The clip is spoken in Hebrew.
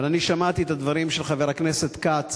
אבל שמעתי את הדברים של חבר הכנסת כץ